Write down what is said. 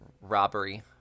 robbery